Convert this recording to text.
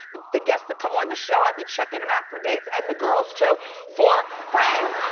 the the guests that come on the show i'd be checking them out for dates and the girls too for friends.